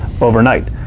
overnight